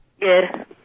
Good